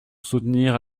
soutenir